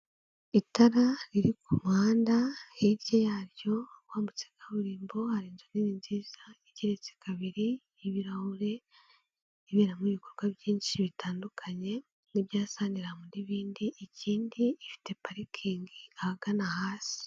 Itara riri ku muhanda, hirya yaryo wambutse kaburimbo hari inzu nini nziza igeretse kabiri ibirahure, iberamo ibikorwa byinshi bitandukanye nk'ibya Saniramu n'ibindi, ikindi ifite parikingi ahagana hasi.